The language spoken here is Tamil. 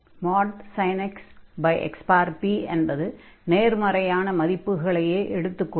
x |xp என்பது நேர்மறையான மதிப்புகளையே எடுத்துக் கொள்ளும்